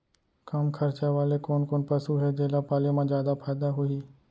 कम खरचा वाले कोन कोन पसु हे जेला पाले म जादा फायदा होही?